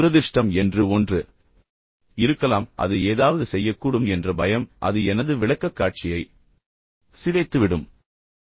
துரதிர்ஷ்டம் என்று ஒன்று இருக்கலாம் அது ஏதாவது செய்யக்கூடும் என்ற பயம் அது எனது விளக்கக்காட்சியை சிதைத்துவிடும்